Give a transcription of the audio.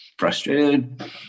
frustrated